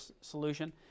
solution